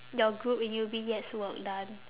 your group in U_B gets work done